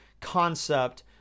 concept